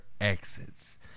exits